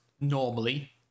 normally